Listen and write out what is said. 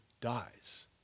dies